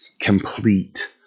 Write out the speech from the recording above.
Complete